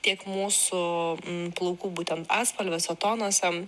tiek mūsų plaukų būtent atspalviuose tonuose